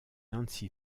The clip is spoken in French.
nancy